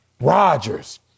Rodgers